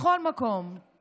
בכל מקום,